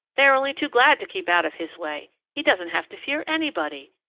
they are only too glad to keep out of his way he doesn't have to fear anybody,